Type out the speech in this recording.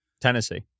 Tennessee